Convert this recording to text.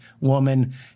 woman